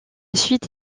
suite